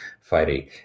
fighting